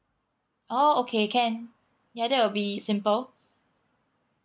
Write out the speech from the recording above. oh okay can ya that will be simple